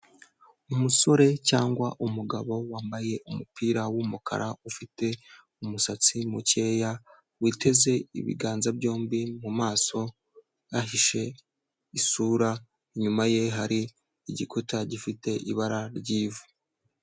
Umusore cyangwa umugabo wambaye umupira w'umukara ufite umusatsi mukeya, witeze ibiganza byombi mu maso ahishe isura, inyuma ye hari igikuta gifite ibara ry'ivu.